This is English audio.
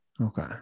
Okay